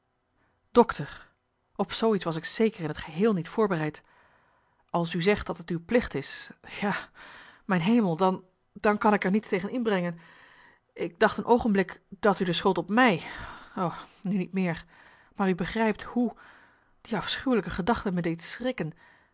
dokter op zoo iets was ik zeker in t geheel niet voorbereid als u zegt dat het uw plicht is ja mijn hemel dan dan kan ik er niets tegen in brengen ik dacht een oogenblik dat u de schuld op mij o nu niet meer maar u begrijpt hoe die afschuwelijke gedachte me deed schrikken